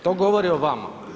To govori o vama.